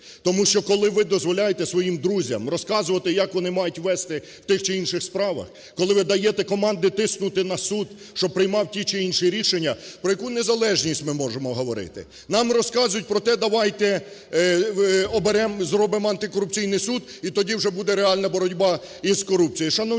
Тому що, коли ви дозволяєте своїм друзям розказувати, як вони мають вести тих чи інших справах, коли ви даєте команди тиснути на суд, щоб приймав ті чи інші рішення, про яку незалежність ми можемо говорити? Нам розказують проте, давайте оберемо і зробимо Антикорупційний суд і тоді вже буде реальна боротьба із корупцією.